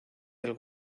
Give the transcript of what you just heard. del